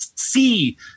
see